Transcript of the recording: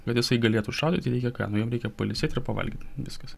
kad jisai galėtų šaudyt jį reikia ką nu jam reikia pailsėti ir pavalgyti viskas